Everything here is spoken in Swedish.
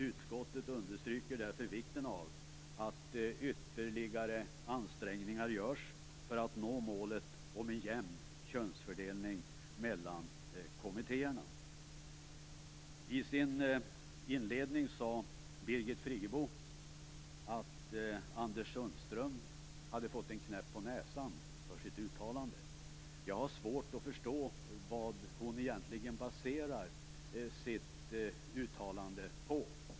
Utskottet understryker därför vikten av att ytterligare ansträngningar görs för att nå målet: en jämn könsfördelning mellan kommittéerna. I sin inledning sade Birgit Friggebo att Anders Sundström hade fått en knäpp på näsan för sitt uttalande. Jag har svårt att förstå vad hon egentligen baserar sitt uttalande på.